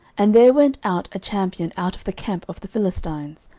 and there went out a champion out of the camp of the philistines,